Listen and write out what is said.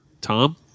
Tom